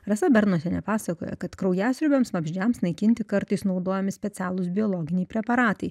rasa bernotienė pasakoja kad kraujasiurbiams vabzdžiams naikinti kartais naudojami specialūs biologiniai preparatai